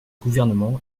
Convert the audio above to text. gouvernement